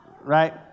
Right